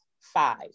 five